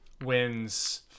Wins